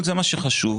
והשנייה,